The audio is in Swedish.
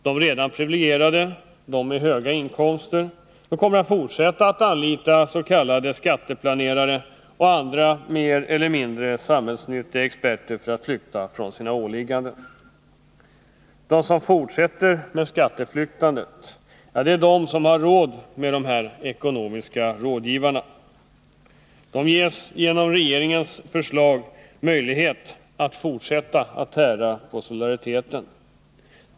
De redan privilegierade — personer med höga inkomster — kommer att fortsätta att anlita s.k. skatteplanerare och andra mer eller mindre samhällsnyttiga experter för att flykta från sina åligganden. De som fortsätter med skatteflyktandet är de som har råd med dessa ekonomiska rådgivare. De ges genom regeringens förslag möjlighet att fortsätta att tära på solidariteten.